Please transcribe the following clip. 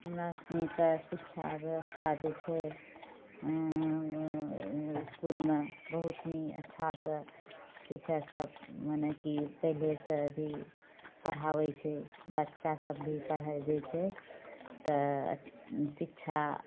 हमरा सनिके शिक्षा व्यवस्था जे छै इसकुलमे बहुत हि अच्छासँ टीचर सभ मनेकि पहिलेसँ भी पढ़ाबै छै बच्चा सभ भी पढ़ै लए जाइ छै तऽ शिक्षा